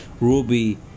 ruby